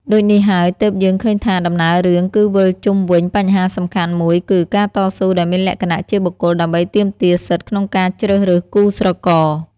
ដូចនេះហើយទើបយើងឃើញថា ដំណើររឿងគឺវិលជុំវិញបញ្ហាសំខាន់មួយគឺ ការតស៊ូដែលមានលក្ខណៈជាបុគ្គលដើម្បីទាមទារសិទ្ធិក្នុងការជ្រើសរើសគូស្រករ ។